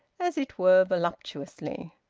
as it were voluptuously.